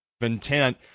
Intent